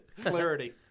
clarity